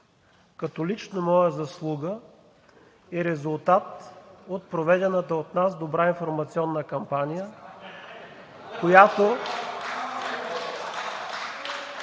като лично моя заслуга и резултат от проведената от нас добра информационна кампания, която